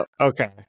okay